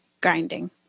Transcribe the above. grinding